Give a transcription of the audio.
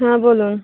হ্যাঁ বলুন